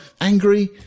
angry